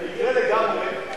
במקרה לגמרי,